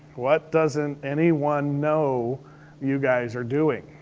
what doesn't anyone know you guys are doing?